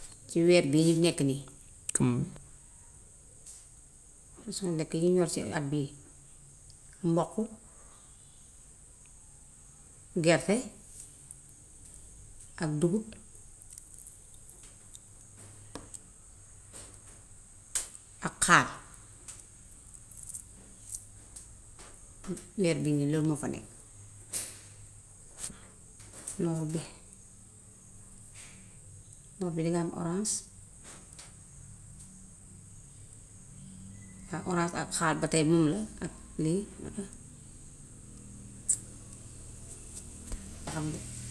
Ci weer biñ nekk nii ci suñ lekk yiñ yor ci at bii, mboqu, gerte ak dugub ak xaal. Weer bii lool moo fa nekk. Noor bi noor bi diŋa am oraas ak oraas ak xaal ba tay moom la ak lii naka.